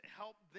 help